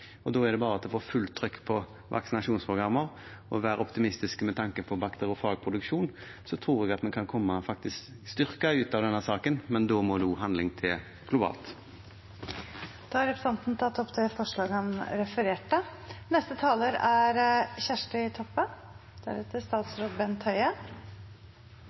Da gjelder det bare at en får fullt trykk på vaksinasjonsprogrammer og er optimistisk med tanke på bakteriofagproduksjon. Da tror jeg faktisk at vi kan komme styrket ut av denne saken, men da må det også handling til globalt. Representanten Sveinung Stensland har tatt opp det forslaget han refererte til. Antimikrobiell resistens er